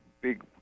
big